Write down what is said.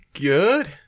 Good